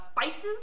spices